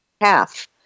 half